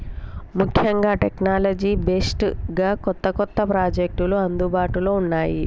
ముఖ్యంగా technology based గా కొత్త కొత్త ప్రాజెక్టులు అందుబాటులో ఉన్నాయి